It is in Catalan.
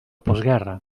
postguerra